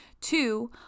Two